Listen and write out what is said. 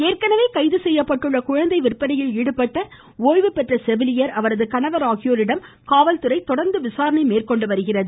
ஏற்கெனவே கைது செய்யப்பட்டுள்ள குழந்தை விற்பனையில் ஈடுபட்ட ஓய்வு பெற்ற செவிலியர் அவரது கணவர் ஆகியோரிடம் காவல்துறை தொடர்ந்து விசாரணை மேற்கொண்டு வருகிறது